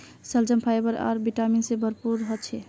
शलजम फाइबर आर विटामिन से भरपूर ह छे